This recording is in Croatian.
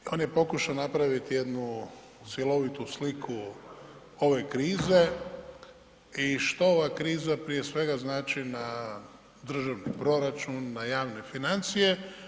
On je pokušao napraviti jednu cjelovitu sliku ove krize i što ova kriza prije svega znači na državni proračun, na javne financije.